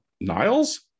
Niles